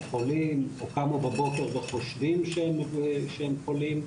חולים או קמו בבוקר וחושדים שהם חולים,